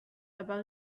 about